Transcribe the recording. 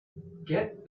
get